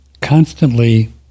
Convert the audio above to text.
constantly